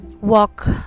Walk